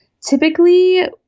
Typically